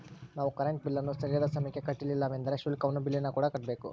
ನಾವು ಕರೆಂಟ್ ಬಿಲ್ಲನ್ನು ಸರಿಯಾದ ಸಮಯಕ್ಕೆ ಕಟ್ಟಲಿಲ್ಲವೆಂದರೆ ಶುಲ್ಕವನ್ನು ಬಿಲ್ಲಿನಕೂಡ ಕಟ್ಟಬೇಕು